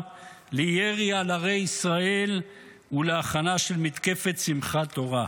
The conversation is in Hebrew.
לירי על ערי ישראל ולהכנה של מתקפת שמחת תורה?